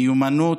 מיומנות,